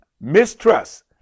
mistrust